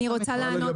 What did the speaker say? הבנתי.